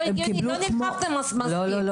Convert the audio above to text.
לא.